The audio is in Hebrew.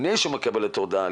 לפני שהוא מקבל את ההודעה,